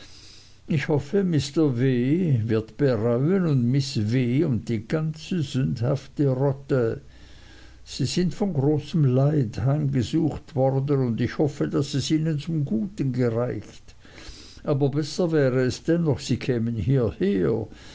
ich hoffe mr w wird bereuen und miß w und die ganze sündhafte rotte sie sind von großem leid heimgesucht worden und ich hoffe daß es ihnen zum guten gereicht aber besser wäre es dennoch sie kämen hierher